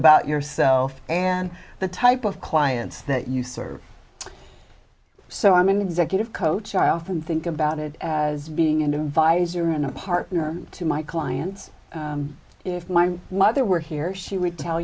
about yourself and the type of clients that you serve so i'm an executive coach i often think about it as being advisor and a partner to my clients if my mother were here she would tell